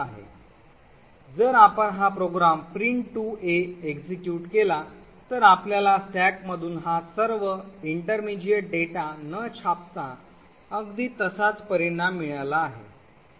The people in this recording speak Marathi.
जर आपण हा प्रोग्राम print2a execute केला तर आपल्याला स्टॅकमधून हा सर्व इंटरमिजिएट डेटा न छापता अगदी तसाच परिणाम मिळाला आहे